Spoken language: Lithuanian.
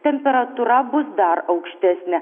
temperatūra bus dar aukštesnė